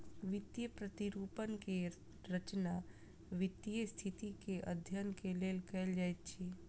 वित्तीय प्रतिरूपण के रचना वित्तीय स्थिति के अध्ययन के लेल कयल जाइत अछि